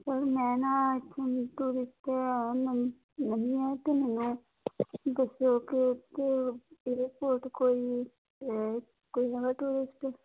sir ਮੈਂ ਨਾ ਇੱਥੇ ਇੱਕ ਟੂਰਿਸਟ ਹਾਂ ਮੈਂ ਨਵੀਂ ਹਾਂ ਅਤੇ ਮੈਨੂੰ ਦੱਸਿਓ ਕਿ ਇੱਕ ਏਅਰਪੋਟ ਕੋਈ ਕੋਈ ਹੈਗਾ ਟੂਰਿਸਟ